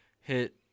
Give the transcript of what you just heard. hit